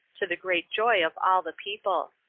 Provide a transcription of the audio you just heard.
to the great joy of all the people.